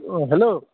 অঁ হেল্ল'